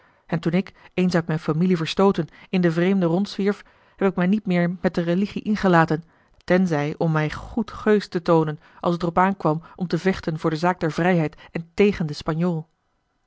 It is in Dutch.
en toen ik eens uit mijne familie verstooten in den vreemde rondzwierf heb ik mij niet meer met de religie ingelaten tenzij om mij goed geus te toonen als het er op aankwam om te vechten voor de zaak der vrijheid en tegen den